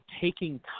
taking